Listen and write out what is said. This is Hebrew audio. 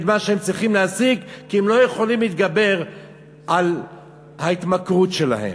מה שהם צריכים להשיג כי הם לא יכולים להתגבר על ההתמכרות שלהם.